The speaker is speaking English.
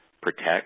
protect